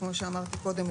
כמו שאמרתי קודם,